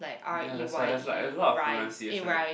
ya that's why there's like a lot of pronunciation right